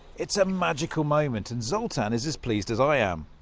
it is a magical moment and zoltan is as pleased as i am.